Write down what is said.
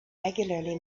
regularly